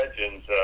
legends